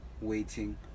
waiting